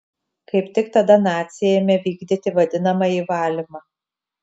kaip tik tada naciai ėmė vykdyti vadinamąjį valymą